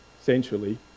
essentially